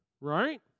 Right